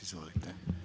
Izvolite.